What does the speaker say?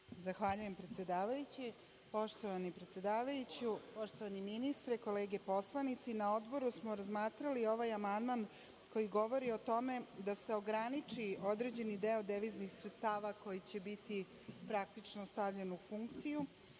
Zahvaljujem, predsedavajući. Poštovani predsedavajući, poštovani ministre, kolege poslanici, na Odboru smo razmatrali ovaj amandman koji govori o tome da se ograniči određeni deo deviznih sredstava koji će biti praktično stavljen u funkciju